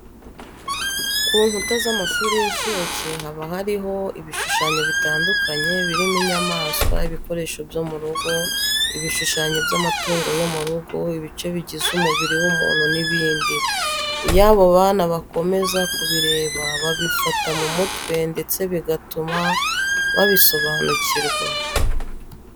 Ku nkuta z'amashuri y'incuke haba hariho ibishushanyo bitandukanye birimo inyamaswa, ibikoresho byo mu rugo, ibishushanyo by'amatungo yo mu rugo, ibice bigize umubiri w'umuntu n'ibindi. Iyo aba bana bakomeza kubireba babifata mu mutwe ndetse bigatuma babisobanukirwa.